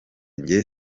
njye